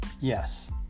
Yes